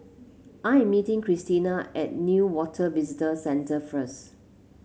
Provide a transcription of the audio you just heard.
I am meeting Christena at Newater Visitor Centre first